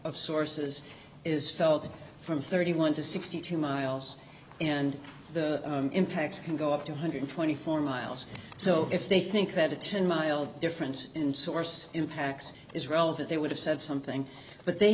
of sources is felt from thirty one to sixty two miles and the impacts can go up two hundred and twenty four miles so if they think that a ten mile difference in source impacts is relevant they would have said something but they